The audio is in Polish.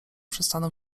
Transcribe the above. przestaną